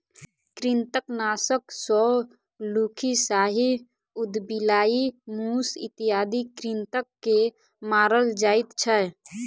कृंतकनाशक सॅ लुक्खी, साही, उदबिलाइ, मूस इत्यादि कृंतक के मारल जाइत छै